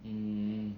mm